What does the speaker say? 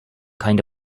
kind